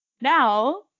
Now